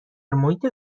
محیط